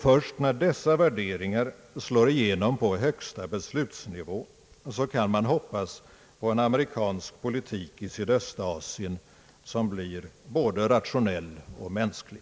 Först när dessa värderingar slår igenom på högsta beslutsnivå kan man hoppas på en amerikansk politik i Sydöstasien som blir både rationell och mänsklig.